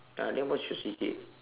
ah then what's your C_C_A